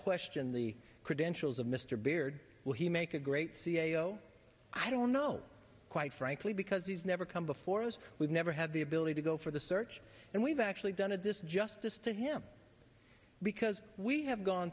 question the credentials of mr baird will he make a great c e o i don't know quite frankly because he's never come before us we've never had the ability to go for the search and we've actually done it this justice to him because we have gone